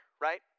Right